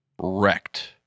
wrecked